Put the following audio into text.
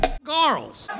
Girls